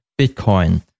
Bitcoin